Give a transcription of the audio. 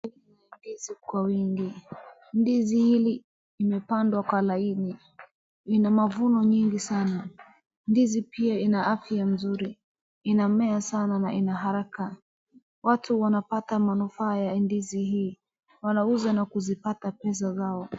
Ndizi kwa wingi. Ndizi hili imepandwa kwa laini. Ina mavuno nyingi sana. Ndizi pia ina afya mzuri. Inamea sana na ina haraka. Watu wanapata manufaa ya ndizi hii. Wanauza na kuzipata pesa zao.